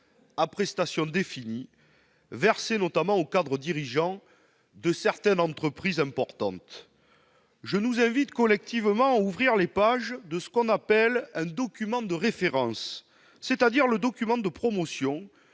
à prestations définies, versées notamment aux cadres dirigeants de plusieurs entreprises importantes. Je nous invite collectivement à ouvrir les pages de ce que l'on appelle un « document de référence », c'est-à-dire le document de promotion